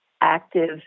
active